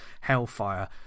hellfire